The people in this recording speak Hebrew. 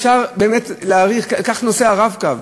קח את נושא ה"רב-קו"